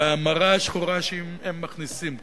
והמרה השחורה שהן מכניסות כאן,